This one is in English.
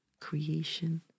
creation